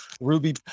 Ruby